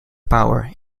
power